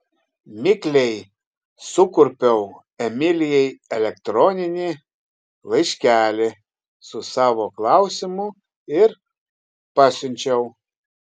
mikliai sukurpiau emilijai elektroninį laiškelį su savo klausimu ir pasiunčiau